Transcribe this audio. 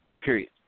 period